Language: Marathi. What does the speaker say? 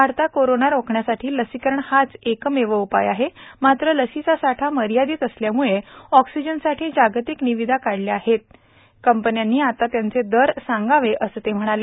वाढता कोरोना रोखण्यासाठी लसीकरण हाच एकमेव उपाय आहे मात्र लसीचा साठा मर्यादित असल्याम्ळे ऑक्सिजनसाठी जागतिक निविदा काढल्या आहेत कंपन्यांनी आता त्यांचे दर सांगावे असं ते म्हणाले